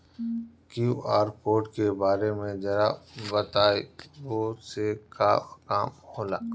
QR code के बारे में जरा बताई वो से का काम होला?